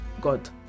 God